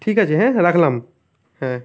ঠিক আছে হ্যাঁ হ্যাঁ রাখলাম হ্যাঁ